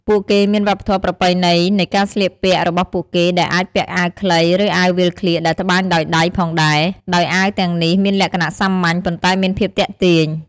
ពួកគេមានវប្បធម៌ប្រពៃណីនៃការស្លៀកពាក់របស់ពួកគេ ដែលអាចពាក់អាវខ្លី ឬអាវវាលក្លៀកដែលត្បាញដោយដៃផងដែរ ដោយអាវទាំងនេះមានលក្ខណៈសាមញ្ញ ប៉ុន្តែមានភាពទាក់ទាញ។